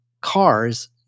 cars